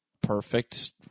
perfect